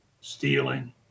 stealing